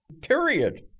period